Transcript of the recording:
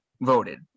voted